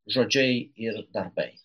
žodžiai ir darbai